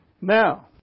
Now